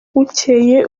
bukeye